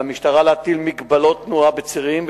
על המשטרה להטיל מגבלות תנועה בצירים,